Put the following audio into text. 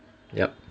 yup